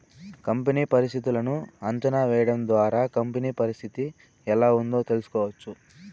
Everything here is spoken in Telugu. కంపెనీ పరిస్థితులను అంచనా వేయడం ద్వారా కంపెనీ పరిస్థితి ఎలా ఉందో తెలుసుకోవచ్చు